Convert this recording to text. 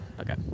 Okay